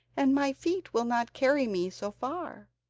and my feet will not carry me so far